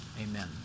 Amen